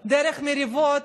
במריבות